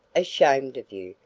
ashamed of you,